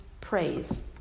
praise